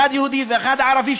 אחד יהודי ואחד ערבי,